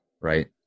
right